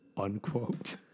Unquote